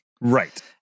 Right